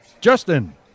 Justin